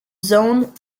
zoned